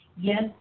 Yes